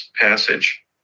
Passage